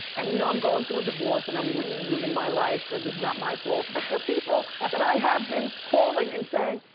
and you know i'm going through a divorce and i'm re-rooting my life, but this is not my fault, the people that i have been calling and saying,